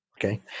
okay